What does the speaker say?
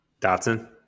Dotson